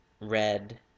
Red